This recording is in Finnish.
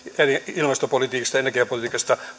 ilmastopolitiikasta ja energiapolitiikasta